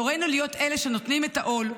תורנו להיות אלה שנוטלים בעול,